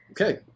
okay